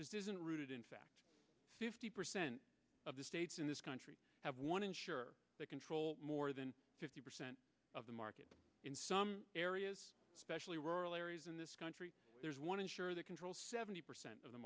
just isn't rooted in fact of the states in this country have one ensure that control more than fifty percent of the market in some areas especially rural areas in this country there's one insurer the control seventy percent of the